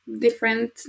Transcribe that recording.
different